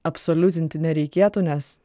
absoliutinti nereikėtų nes